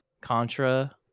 contra